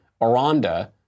Aranda